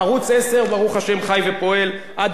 והיום רק חוק הגולן משתווה לו,